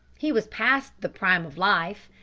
he was past the prime of life,